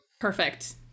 Perfect